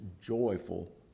joyful